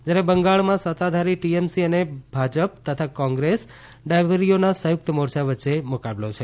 જયારે બંગાળમાં સત્તાધારી ટીએમસી અને ભાજપ તથા કોંગ્રેસ ડાબેરીઓના સંયુકત મોરચા વચ્ચે મુકાબલો છે